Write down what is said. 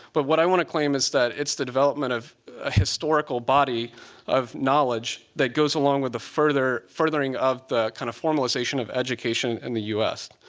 but what i want to claim is that it's the development of a historical body of knowledge that goes along with the furthering of the kind of formalization of education in the us.